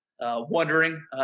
Wondering